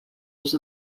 les